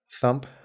Thump